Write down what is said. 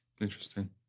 interesting